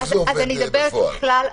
איך זה עובד בפועל?